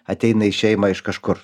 ateina į šeimą iš kažkur